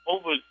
Over